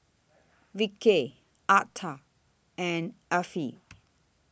Vickey Arta and Effie